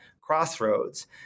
Crossroads